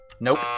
Nope